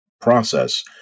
process